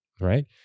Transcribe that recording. right